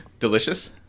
Delicious